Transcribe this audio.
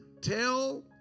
tell